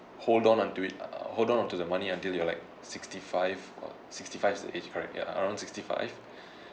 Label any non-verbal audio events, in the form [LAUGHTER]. hold on onto it uh hold on onto the money until you're like sixty five or sixty five is the age correct ya around sixty five [BREATH]